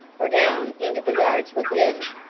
or down into the yards within.